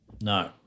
No